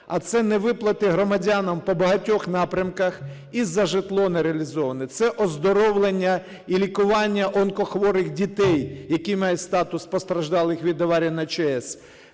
а це невиплати громадянам по багатьох напрямках і за житло нереалізоване, це оздоровлення і лікування онкохворих дітей, які мають статус постраждалих від аварії на ЧАЕС,